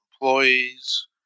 employees